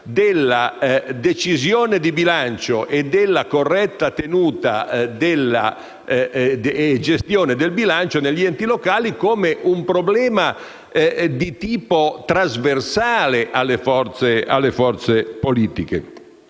della decisione di bilancio e della corretta gestione del bilancio degli enti locali come un problema di tipo trasversale alle forze politiche.